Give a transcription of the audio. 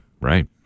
right